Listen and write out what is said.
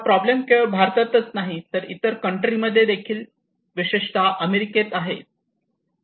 हा प्रॉब्लेम केवळ भारतातच नाही तर इतर कंट्री मध्ये देखील विशेषतः अमेरिकेत आहे